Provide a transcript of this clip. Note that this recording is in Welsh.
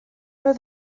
oedd